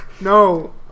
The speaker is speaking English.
No